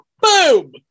Boom